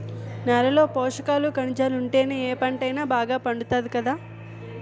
నేలలో పోసకాలు, కనిజాలుంటేనే ఏ పంటైనా బాగా పండుతాది కదా